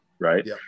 Right